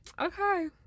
okay